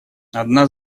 одна